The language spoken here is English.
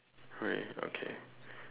great okay